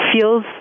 feels